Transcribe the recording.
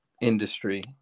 industry